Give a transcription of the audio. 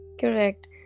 correct